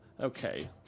okay